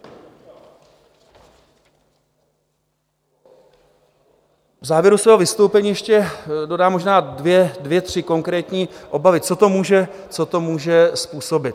V závěru svého vystoupení ještě dodám možná dvě, tři konkrétní obavy, co to může způsobit.